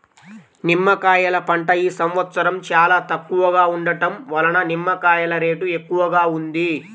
నిమ్మకాయల పంట ఈ సంవత్సరం చాలా తక్కువగా ఉండటం వలన నిమ్మకాయల రేటు ఎక్కువగా ఉంది